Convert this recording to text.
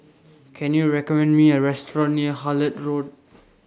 Can YOU recommend Me A Restaurant near Hullet Road